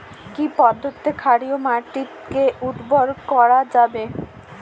কি পদ্ধতিতে ক্ষারকীয় মাটিকে উর্বর করা যাবে?